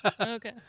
Okay